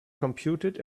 computed